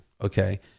Okay